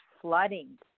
flooding